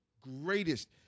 greatest